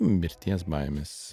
mirties baimės